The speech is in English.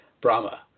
Brahma